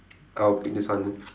I'll pick this one